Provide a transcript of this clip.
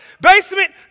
basement